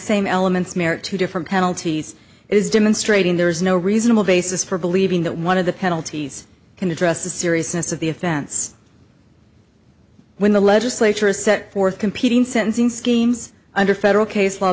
same elements merit two different penalties it is demonstrating there is no reasonable basis for believing that one of the penalties can address the seriousness of the offense when the legislature has set forth competing sentencing schemes under federal case law